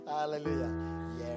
Hallelujah